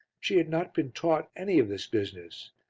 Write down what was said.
she had not been taught any of this business.